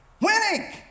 Winning